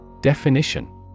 Definition